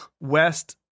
West